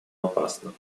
опасно